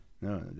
No